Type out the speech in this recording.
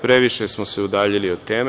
Previše smo se udaljili od teme.